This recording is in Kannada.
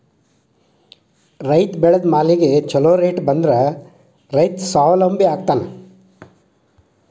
ರೈತ ಬೆಳೆದ ಮಾಲಿಗೆ ಛೊಲೊ ರೇಟ್ ಬಂದ್ರ ರೈತ ಸ್ವಾವಲಂಬಿ ಆಗ್ತಾನ